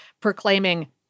proclaiming